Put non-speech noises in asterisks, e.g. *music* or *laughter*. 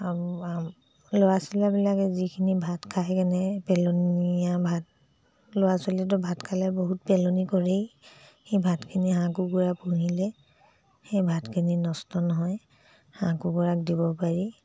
*unintelligible* আৰু ল'ৰা ছোৱালাবিলাকে যিখিনি ভাত খাই কেনে পেলনীয়া ভাত ল'ৰা ছোৱালীতো ভাত খালে বহুত পেলনি কৰেই সেই ভাতখিনি হাঁহ কুকুৰা পুহিলে সেই ভাতখিনি নষ্ট নহয় হাঁহ কুকুৰাক দিব পাৰি